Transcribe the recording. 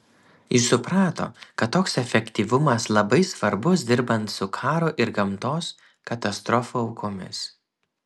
jis suprato kad toks efektyvumas labai svarbus dirbant su karo ir gamtos katastrofų aukomis